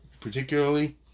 particularly